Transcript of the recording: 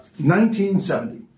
1970